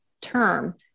term